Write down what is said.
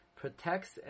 protects